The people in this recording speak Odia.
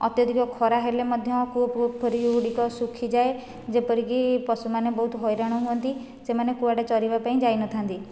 ଅତ୍ୟଧିକ ଖରା ହେଲେ ମଧ୍ୟ କୂଅ ପୋଖରୀ ଗୁଡ଼ିକ ଶୁଖିଯାଏ ଯେପରିକି ପଶୁମାନେ ବହୁତ ହଇରାଣ ହୁଅନ୍ତି ସେମାନେ କୁଆଡ଼େ ଚରିବା ପାଇଁ ଯାଇ ନଥାନ୍ତି